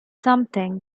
something